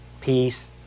peace